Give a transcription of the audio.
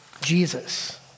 Jesus